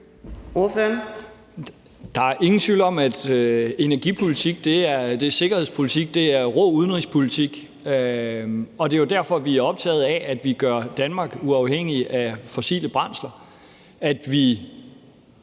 Der er ingen tvivl om, at energipolitik er sikkerhedspolitik og rå udenrigspolitik. Det er jo derfor, vi er optaget af, at vi gør Danmark uafhængig af fossile brændsler, og at